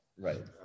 Right